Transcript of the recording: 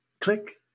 click